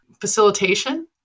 facilitation